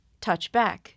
touchback